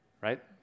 Right